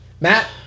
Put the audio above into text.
matt